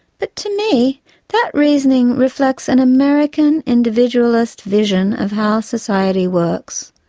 but to me that reasoning reflects an american individualist vision of how society works,